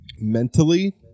mentally